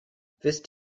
wisst